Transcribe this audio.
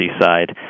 side